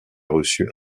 reçu